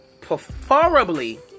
Preferably